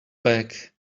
bag